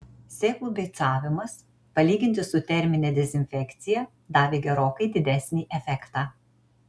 sėklų beicavimas palyginti su termine dezinfekcija davė gerokai didesnį efektą